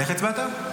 איך הצבעת?